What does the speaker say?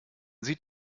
sieht